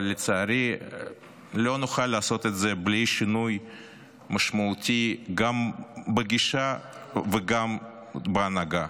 אבל לצערי לא נוכל לעשות את זה בלי שינוי משמעותי גם בגישה וגם בהנהגה.